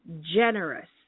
generous